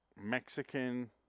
Mexican